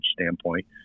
standpoint